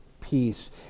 peace